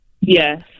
Yes